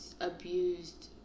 abused